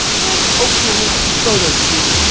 this oprah winfrey photo shoot.